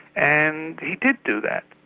and he did do that.